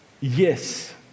yes